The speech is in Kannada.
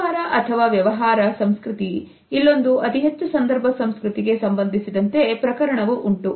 ವ್ಯಾಪಾರ ಅಥವಾ ವ್ಯವಹಾರ ಸಂಸ್ಕೃತಿ ಇಲ್ಲೊಂದು ಅತಿಹೆಚ್ಚು ಸಂದರ್ಭ ಸಂಸ್ಕೃತಿಗೆ ಸಂಬಂಧಿಸಿದಂತೆ ಪ್ರಕರಣವು ಉಂಟು